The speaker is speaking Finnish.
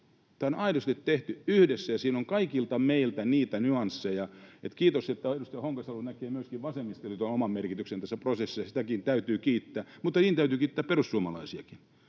tämä on aidosti tehty yhdessä, ja siinä on kaikilta meiltä nyansseja. Kiitos, että edustaja Honkasalo näkee myöskin vasemmistoliiton oma merkityksen tässä prosessissa, sitäkin täytyy kiittää, mutta niin täytyy kiittää perussuomalaisiakin